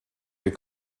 des